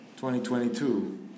2022